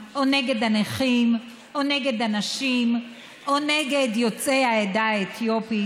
פעמיים, אני יצאתי עם שתי תובנות.